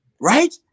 Right